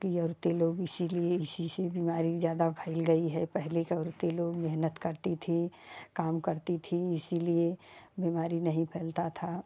पियारते लोग इसलिए इस से ज्यादा बीमारी फैल गई है पहले के औरतें लोग मेहनत करती थीं काम करती थीं इसलिए बीमारी नहीं फैलता था